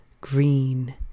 green